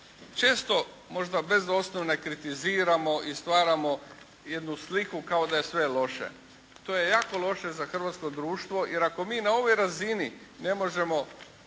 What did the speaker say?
često možda bez osnove kritiziramo i stvaramo jednu sliku kao da je sve loše. To je jako loše za hrvatsko društvo jer ako mi na ovoj razini ne možemo